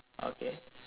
okay